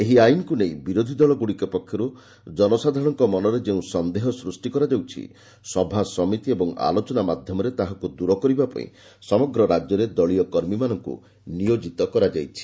ଏହି ଆଇନକୁ ନେଇ ବିରୋଧି ଦଳଗୁଡ଼ିକ ପକ୍ଷରୁ କନସାଧାରଣଙ୍କ ମନରେ ଯେଉଁ ସନ୍ଦେହ ସୃଷ୍ଟି କରାଯାଉଛି ସଭାସମିତି ଓ ଆଲୋଚନା ମାଧ୍ୟମରେ ତାହାକୁ ଦ୍ୱର କରିବାପାଇଁ ସମଗ୍ର ରାଜ୍ୟରେ ଦଳୀୟ କର୍ମୀମାନଙ୍କୁ ନିୟୋଜିତ କରାଯାଇଛି